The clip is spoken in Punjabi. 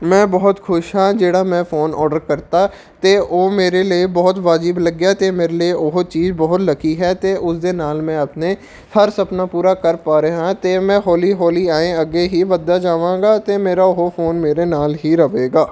ਮੈਂ ਬਹੁਤ ਖੁਸ਼ ਹਾਂ ਜਿਹੜਾ ਮੈਂ ਫੋਨ ਔਡਰ ਕਰਤਾ ਅਤੇ ਉਹ ਮੇਰੇ ਲਈ ਬਹੁਤ ਵਾਜਬ ਲੱਗਿਆ ਅਤੇ ਮੇਰੇ ਲਈ ਉਹ ਚੀਜ਼ ਬਹੁਤ ਲੱਕੀ ਹੈ ਅਤੇ ਉਸਦੇ ਨਾਲ਼ ਮੈਂ ਆਪਣੇ ਹਰ ਸੁਪਨਾ ਪੂਰਾ ਕਰ ਪਾ ਰਿਹਾ ਹਾਂ ਅਤੇ ਮੈਂ ਹੌਲੀ ਹੌਲੀ ਐਂਏ ਅੱਗੇ ਹੀ ਵੱਧਦਾ ਜਾਵਾਂਗਾ ਅਤੇ ਮੇਰਾ ਉਹ ਫ਼ੋਨ ਮੇਰੇ ਨਾਲ਼ ਹੀ ਰਹੇਗਾ